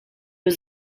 was